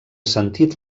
sentit